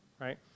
right